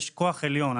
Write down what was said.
יש כוח עליון.